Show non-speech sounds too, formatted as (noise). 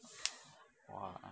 (noise) !wah!